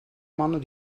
mannen